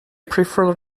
prefer